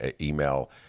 email